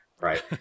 Right